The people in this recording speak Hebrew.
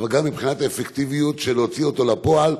אבל גם מבחינת האפקטיביות של להוציא אותו לפועל.